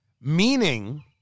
meaning